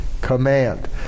command